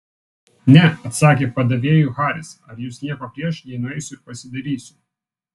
ne atsakė padavėjui haris ar jūs nieko prieš jei nueisiu ir pasidairysiu